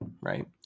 Right